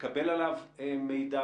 לקבל עליו מידע,